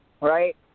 right